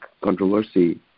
controversy